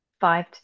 five